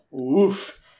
Oof